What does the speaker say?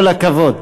כל הכבוד.